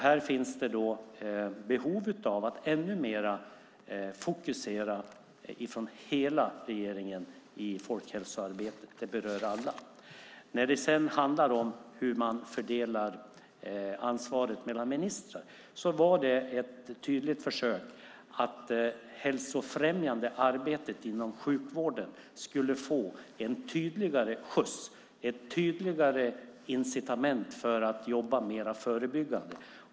Här finns det behov av att från hela regeringen ännu mer fokusera på folkhälsoarbetet. Det berör alla. När det sedan handlar om hur man fördelar ansvaret mellan ministrar var detta ett tydligt försök för att det hälsofrämjande arbetet inom sjukvården skulle få en tydligare skjuts och ett tydligare incitament för att bli mer förebyggande.